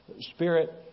Spirit